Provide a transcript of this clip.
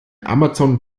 amazon